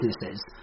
businesses